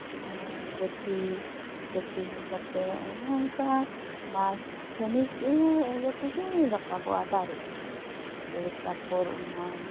ᱟᱨ ᱜᱟᱹᱪᱷᱤ ᱜᱟᱹᱪᱷᱤ ᱦᱩᱭ ᱠᱟᱛᱮ ᱚᱱᱮ ᱚᱱᱠᱟ ᱢᱟᱥ ᱠᱷᱟᱱᱮᱠ ᱤᱭᱟᱹ ᱤᱭᱟᱹ ᱛᱮᱜᱮ ᱨᱟᱠᱟᱵᱚᱜᱼᱟ ᱫᱟᱨᱮᱜᱼᱟ ᱛᱟᱯᱚᱨ ᱚᱱᱟ